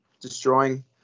destroying